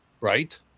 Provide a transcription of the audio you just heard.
Right